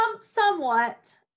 somewhat